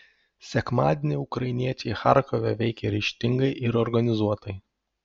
sekmadienį ukrainiečiai charkove veikė ryžtingai ir organizuotai